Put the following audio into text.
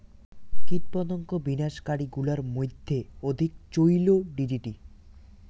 কীটপতঙ্গ বিনাশ কারী গুলার মইধ্যে অধিক চৈল ডি.ডি.টি